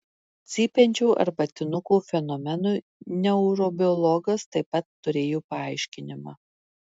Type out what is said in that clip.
cypiančio arbatinuko fenomenui neurobiologas taip pat turėjo paaiškinimą